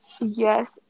Yes